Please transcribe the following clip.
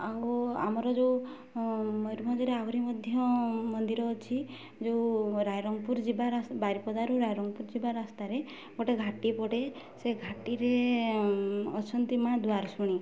ଆଉ ଆମର ଯେଉଁ ମୟୂରଭଞ୍ଜରେ ଆହୁରି ମଧ୍ୟ ମନ୍ଦିର ଅଛି ଯେଉଁ ରାଇରଙ୍ଗପୁର ଯିବା ବାରିପଦାରୁ ରାଇରଙ୍ଗପୁର ଯିବା ରାସ୍ତାରେ ଗୋଟେ ଘାଟି ପଡ଼େ ସେ ଘାଟିରେ ଅଛନ୍ତି ମା' ଦ୍ୱାରଶୁଣୀ